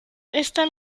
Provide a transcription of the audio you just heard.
esta